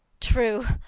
true!